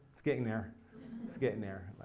it's getting there it's getting there.